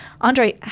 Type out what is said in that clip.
Andre